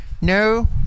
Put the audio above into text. no